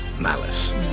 malice